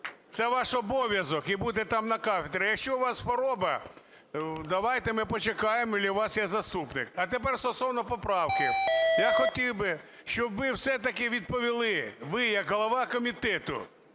це ваш обов'язок і бути на кафедрі. Якщо у вас хвороба, давайте ми почекаємо, чи у вас є заступник. А тепер стосовно поправки. Я хотів би, щоб ви все-таки відповіли, ви як голова комітету